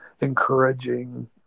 encouraging